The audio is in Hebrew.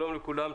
שלום לכולם,